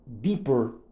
deeper